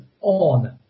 on